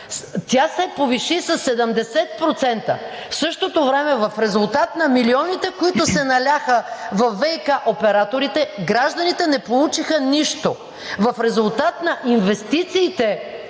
Тя се повиши със 70%. В същото време в резултат на милионите, които се наляха във ВиК операторите, гражданите не получиха нищо. В резултат на инвестициите,